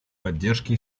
поддержки